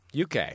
UK